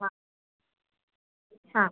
ആ ആ